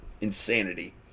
insanity